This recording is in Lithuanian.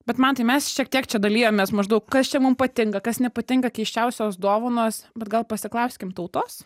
bet mantai mes šiek tiek čia dalijamės maždaug kas čia mum patinka kas nepatinka keisčiausios dovanos bet gal pasiklauskim tautos